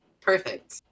Perfect